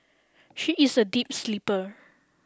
she is a deep sleeper